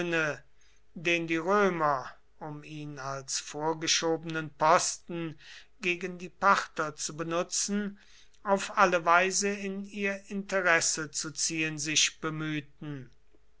den die römer um ihn als vorgeschobenen posten gegen die parther zu benutzen auf alle weise in ihr interesse zu ziehen sich bemühten